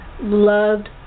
loved